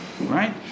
Right